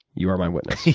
you are my witness.